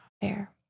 Fair